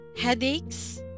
headaches